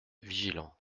vigilants